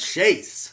Chase